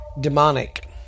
Demonic